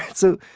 so,